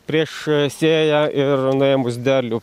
prieš sėją ir nuėmus derlių